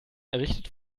errichtet